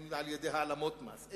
אם על-ידי העלמות מס,